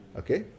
okay